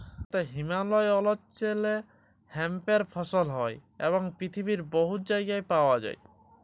ভারতে হিমালয় অল্চলে হেম্পের ফসল হ্যয় এবং পিথিবীর বহুত জায়গায় পাউয়া যায়